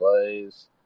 plays